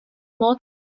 not